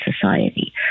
society